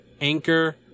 Anchor